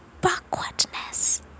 backwardness